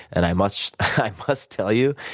and i must i must tell you,